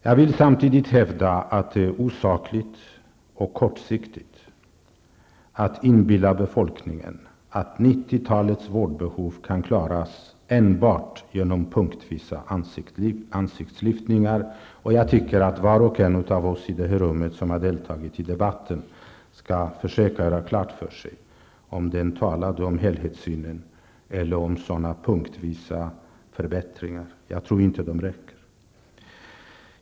Jag vill samtidigt hävda att det är osakligt och kortsiktigt att inbilla befolkningen att 90-talets vårdbehov kan klaras enbart genom punktvisa ansiktslyftningar. Jag tycker att var och en av oss i det här rummet som har deltagit i debatten skall försöka göra klart för sig om vederbörande talade om helhetssynen eller om sådana punktvisa förbättringar. Jag tror inte att de räcker.